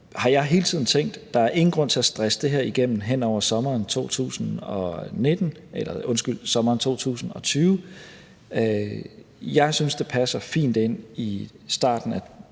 har jeg hele tiden tænkt, at der ikke er nogen grund til at stresse det her igennem hen over sommeren 2020. Jeg synes, det passer fint ind i starten af